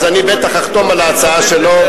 אז אני בטח אחתום על ההצעה שלו,